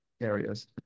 areas